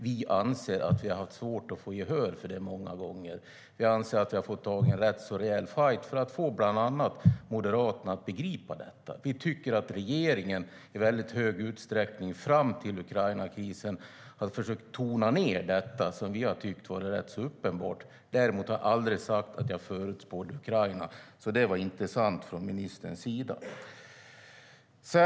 Vi anser att vi många gånger har haft svårt att få gehör för det, och vi anser att vi har fått ta en rätt rejäl fajt för att få bland annat Moderaterna att begripa detta. Vi tycker att regeringen fram till Ukrainakrisen i väldigt stor utsträckning har försökt tona ned detta, medan vi har tyckt att det har varit rätt uppenbart. Däremot har jag aldrig sagt att jag förutspådde det som händer i Ukraina, så det påståendet var inte sant från ministerns sida.